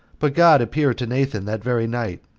but god appeared to nathan that very night,